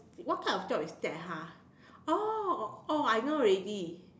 what type of job is that ha oh oh I know already